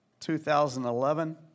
2011